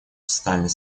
социальной